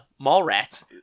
Mallrats